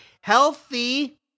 healthy